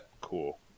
cool